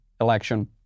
election